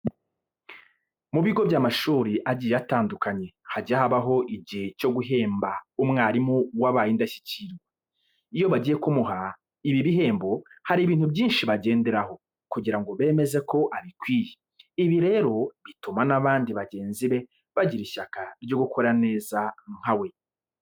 Mu bigo by'amashuri agiye atandukanye hajya habaho igihe cyo guhemba umwarimu wabaye indashyikirwa. Iyo bagiye kumuha, ibi bihembo hari ibintu byinshi bagenderaho kugira ngo bemeze ko abikwiye. Ibi rero bituma n'abandi bagenzi be bagira ishyaka ryo gukora neza nka we.